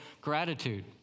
gratitude